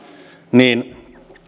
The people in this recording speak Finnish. niin me